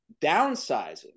downsizing